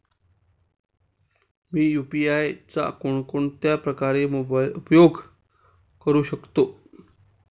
मी UPI चा कोणकोणत्या प्रकारे उपयोग करू शकतो?